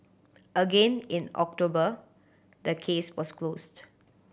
again in October the case was closed